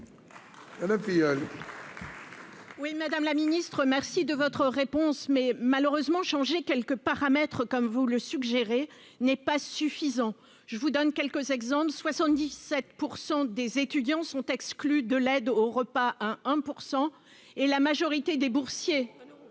Madame la Ministre, merci de votre réponse, mais malheureusement changer quelques paramètres, comme vous le suggérez n'est pas suffisant, je vous donne quelques exemples : 77 % des étudiants sont exclus de l'aide au repas, hein, un pour 100 et la majorité des boursiers